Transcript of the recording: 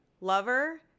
lover